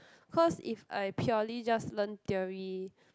cause if I purely just learn theory